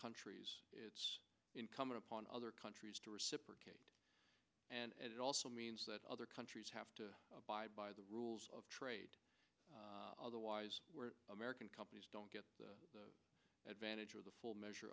countries come upon other countries to reciprocate and it also means that other countries have to abide by the rules of trade otherwise american companies don't get the advantage of the full measure